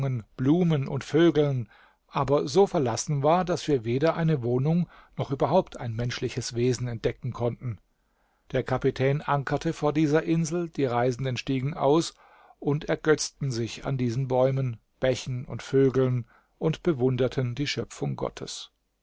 blumen und vögeln aber so verlassen war daß wir weder eine wohnung noch überhaupt ein menschliches wesen entdecken konnten der kapitän ankerte vor dieser insel die reisenden stiegen aus und ergötzten sich an diesen bäumen bächen und vögeln und bewunderten die schöpfung gottes